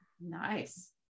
nice